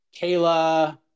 Kayla –